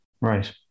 Right